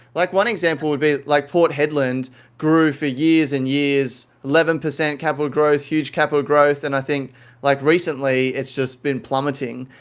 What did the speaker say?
like one example would be like port headland grew for years and years. eleven percent capital growth, huge capital growth. and i think like recently, it's just been plummeting.